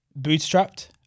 Bootstrapped